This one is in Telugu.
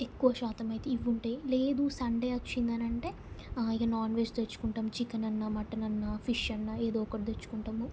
ఎక్కువ శాతం అయితే ఇవి ఉంటాయి లేదు సండే వచ్చిందంటే ఆ ఇక నాన్ వెజ్ తెచ్చుకుంటాం చికెన్ అన్నా మటన్ అన్నా ఫిష్ అన్నా ఏదో ఒక తెచ్చుకుంటాము